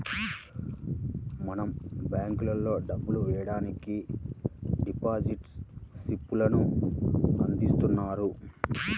మనం బ్యేంకుల్లో డబ్బులు వెయ్యడానికి డిపాజిట్ స్లిప్ లను అందిస్తున్నారు